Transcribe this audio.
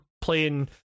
playing